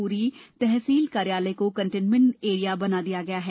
पूरी तहसील कार्यालय को कंटोनमेंट एरिया बनाया गया है